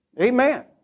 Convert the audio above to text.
Amen